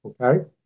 Okay